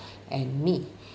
and me